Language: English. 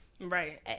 right